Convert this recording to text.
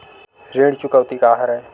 ऋण चुकौती का हरय?